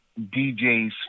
DJs